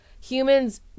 humans